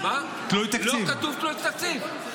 לא כתוב תלוי תקציב.